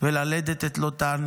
וללדת את לוטן